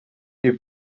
you